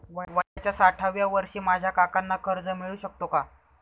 वयाच्या साठाव्या वर्षी माझ्या काकांना कर्ज मिळू शकतो का?